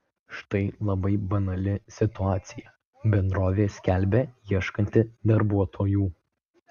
štai labai banali situacija bendrovė skelbia ieškanti darbuotojų